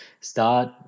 start